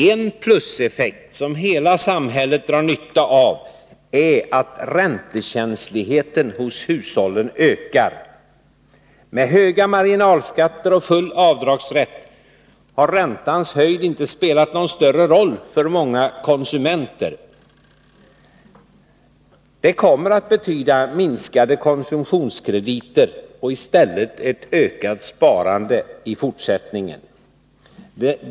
En pluseffekt som hela samhället drar nytta av är att räntekänsligheten hos hushållen ökar. Med höga marginalskatter och full avdragsrätt har räntans höjd inte spelat någon större roll för många konsumenter. Det kommer att betyda minskade konsumtionskrediter och ett ökat sparande i fortsättningen.